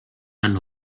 man